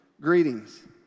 greetings